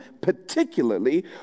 particularly